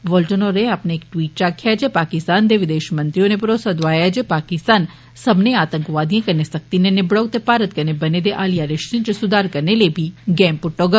Walton होरें अपने इक ट्वीट च आक्खेआ जे पाकिस्तान दे विदेष मंत्री होरें भरोसा दोआया जे पाकिस्तान सब्बने आतंकवादिएं कन्नै सख्ती कन्नै निबड़ोग ते भारत कन्नै बने दे हालिया रिष्ते च सुधार करने लेई गैंड पुट्टोग